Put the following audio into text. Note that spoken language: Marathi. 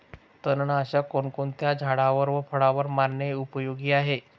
तणनाशक कोणकोणत्या झाडावर व फळावर मारणे उपयोगी आहे?